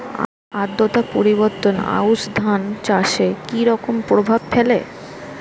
আদ্রতা পরিবর্তন আউশ ধান চাষে কি রকম প্রভাব ফেলে?